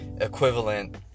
equivalent